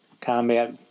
Combat